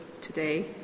today